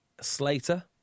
Slater